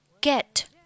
get